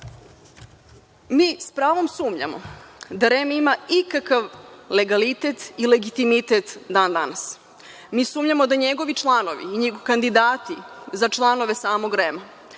s pravom sumnjamo da REM ima ikakav legalitet i legitimitet dan danas. Mi sumnjamo da njegovi članovi i njihovi kandidati za članove samog REM-a,